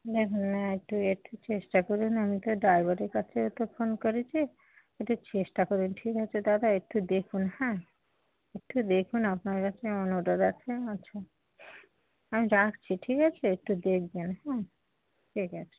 না না একটু একটু চেষ্টা করুন আমি তো ড্রাইভারের কাছেও তো ফোন করেছি একটু চেষ্টা করুন ঠিক আছে দাদা একটু দেখুন হ্যাঁ একটু দেখুন আপনার কাছে অনুরোধ আছে আচ্ছা আমি রাখছি ঠিক আছে একটু দেখবেন হ্যাঁ ঠিক আছে